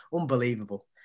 Unbelievable